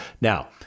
Now